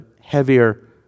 heavier